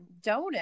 donut